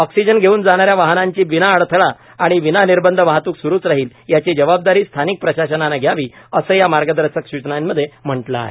oxygen घेऊन जाणाऱ्या वाहनांची विनाअडथळा आणि विना निर्बंध वाहतूक सुरूच राहील याची जबाबदारी स्थानिक प्रशासनानं घ्यावी असं या मार्गदर्शक सूचनांमध्ये म्हटलं आहे